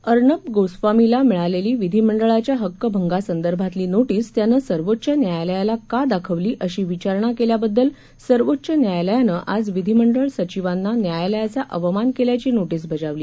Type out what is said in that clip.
अर्नब गोस्वामीला विधीमंडळाच्या हक्कभंगासंदर्भातली नोशिस त्यानं सर्वोच्च न्यायालयाला का दाखवली अशी विचारणा केल्याबद्दल सर्वोच्च न्यायालयानं आज विधिमंडळ सचीवांना न्यायालयाचा अवमान केल्याची नोटीस बजावली